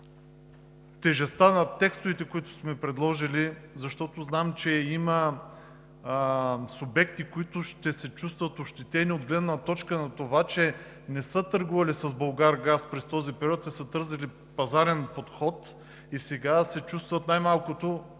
тежестта на текстовете, които сме предложили, защото знам, че има субекти, които ще се чувстват ощетени от гледна точка на това, че не са търгували с Булгаргаз през този период, а са търсили пазарен подход и сега се чувстват най-малкото